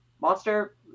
Monster